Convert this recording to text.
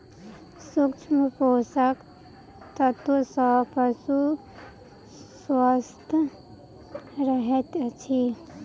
सूक्ष्म पोषक तत्व सॅ पशु स्वस्थ रहैत अछि